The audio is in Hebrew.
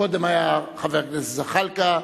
קודם היה חבר הכנסת זחאלקה,